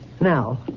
Now